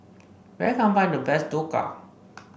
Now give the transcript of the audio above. where can I find the best Dhokla